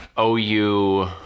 OU